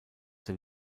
der